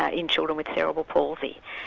ah in children with cerebral palsy.